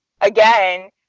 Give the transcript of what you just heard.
Again